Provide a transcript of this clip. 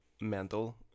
mental